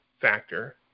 factor